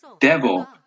devil